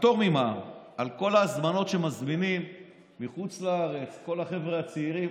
הפטור ממע"מ על כל ההזמנות שמזמינים מחוץ לארץ כל החבר'ה הצעירים,